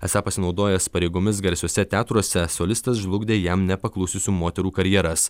esą pasinaudojęs pareigomis garsiuose teatruose solistas žlugdė jam nepaklususių moterų karjeras